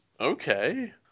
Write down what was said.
Okay